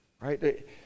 right